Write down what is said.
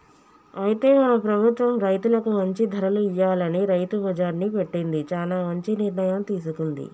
అయితే మన ప్రభుత్వం రైతులకు మంచి ధరలు ఇయ్యాలని రైతు బజార్ని పెట్టింది చానా మంచి నిర్ణయం తీసుకుంది